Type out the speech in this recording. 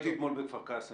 הייתי אתמול בכפר קאסם.